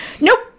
Nope